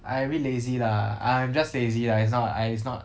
I abit lazy lah I'm just lazy lah it's not I it's not